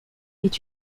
est